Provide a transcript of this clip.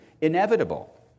inevitable